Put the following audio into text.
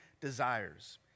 desires